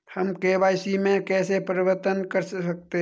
हम के.वाई.सी में कैसे परिवर्तन कर सकते हैं?